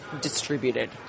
distributed